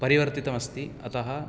परिवर्तितमस्ति अतः